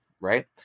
right